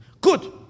Good